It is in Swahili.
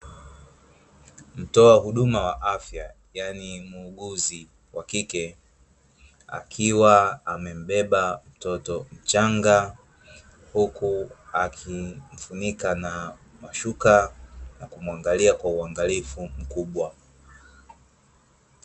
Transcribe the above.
Mtoa huduma ya afya yani muuguzi wa kike akiwa amembeba mtoto mchanga, huku akimfunika na mashuka na kumwangalia kwa uangalifu mkubwa.